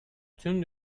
tüm